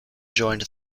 joined